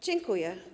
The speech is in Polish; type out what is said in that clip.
Dziękuję.